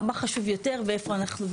מה חשוב יותר ואיפה אנחנו,